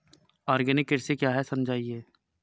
Organic कृषि क्या है समझाइए?